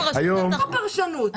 פה פרשנות.